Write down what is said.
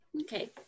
Okay